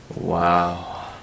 Wow